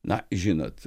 na žinot